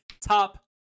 top